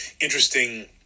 interesting